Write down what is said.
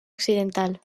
occidental